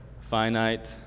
finite